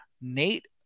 nate